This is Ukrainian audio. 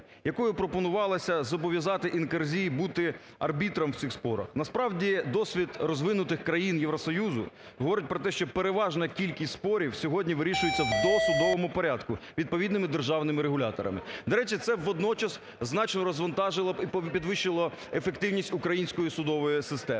якою пропонувалося зобов'язати НКРЗІ бути арбітром в цих спорах. Насправді досвід розвинутих країн Євросоюзу говорить про те, що переважна кількість спорів сьогодні вирішується в досудовому порядку відповідними державними регуляторами. До речі, це водночас значно розвантажило б і підвищило ефективність української судової системи.